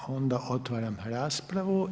Onda otvaram raspravu.